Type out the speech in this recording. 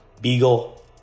beagle